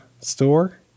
store